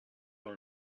dans